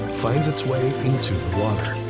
finds its way into.